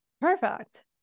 perfect